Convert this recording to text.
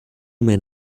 men